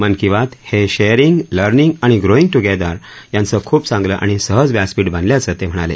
मन की बात हे sharing learning आणि ग्रोईग ट्रगेदर याचं खूप चांगलं आणि सहज व्यासपीठ बनल्याचं ते म्हणाले